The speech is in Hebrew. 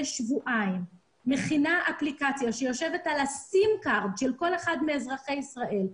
שבועיים אפליקציה שיושבת על הסים-קארד של כל אחד מאזרחי ישראל,